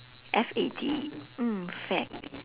F A D mm fad